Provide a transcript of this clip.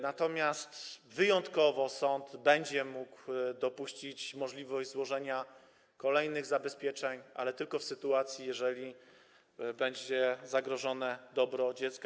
Natomiast wyjątkowo sąd będzie mógł dopuścić możliwość złożenia kolejnych zabezpieczeń, ale tylko w sytuacji gdy będzie zagrożone dobro dziecka.